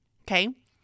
Okay